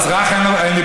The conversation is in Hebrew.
ואם אזרח יגיש?